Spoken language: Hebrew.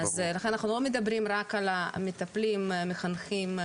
לכן אנחנו לא מדברים רק על מטפלים, מחנכים,